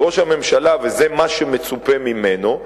כי ראש הממשלה, וזה מה שמצופה ממנו,